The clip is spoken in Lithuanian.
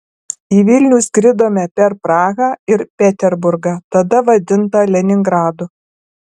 į vilnių skridome per prahą ir peterburgą tada vadintą leningradu